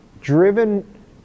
driven